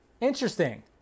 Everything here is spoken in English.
Interesting